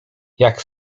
jak